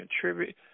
contribute